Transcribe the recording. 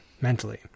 mentally